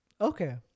Okay